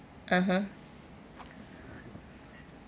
(uh huh)